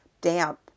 damp